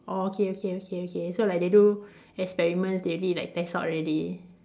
orh okay okay okay okay so like they do experiments they already like test out already